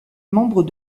membre